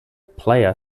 player